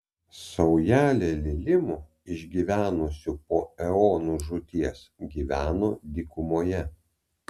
saujelė lilimų išgyvenusių po eonų žūties gyveno dykumoje